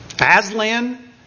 Aslan